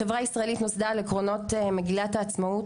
החברה הישראלית נוסדה על עקרונות מגילת העצמאות,